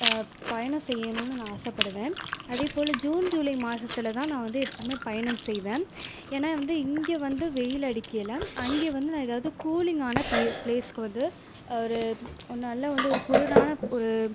பயணம் செய்யணும்னு நான் ஆசை படுவேன் அதே போல் ஜூன் ஜூலை மாசத்தில் தான் நான் வந்து எப்போவுமே பயணம் செய்வேன் ஏன்னால் வந்து இங்கே வந்து வெயில் அடிக்கையில் அங்கே வந்து நான் ஏதாவது கூலிங்கான பி ப்ளேஸ்க்கு வந்து ஒரு ஒரு நல்ல வந்து ஒரு குளிரான ஒரு